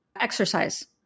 Exercise